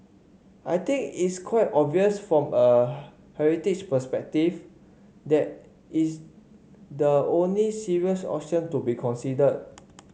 I think it's quite obvious from a heritage perspective that is the only serious option to be considered